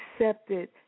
accepted